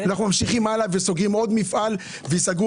אנחנו ממשיכים הלאה וסוגרים עוד מפעל וייסגרו